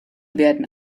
werden